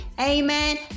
Amen